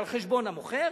על חשבון המוכר,